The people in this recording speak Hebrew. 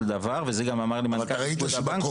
דבר וזה גם אמר לי מנכ"ל איגוד הבנקים.